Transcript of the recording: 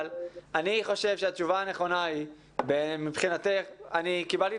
אני חושב שהתשובה הנכונה מבחינתך היא שקיבלת את